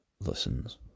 listens